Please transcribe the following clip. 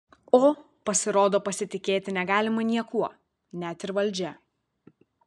o pasirodo pasitikėti negalima niekuo net ir valdžia